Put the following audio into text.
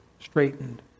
Straightened